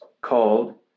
called